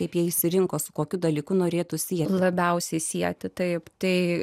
kaip jie išsirinko su kokiu dalyku norėtųsi labiausiai sieti taip tai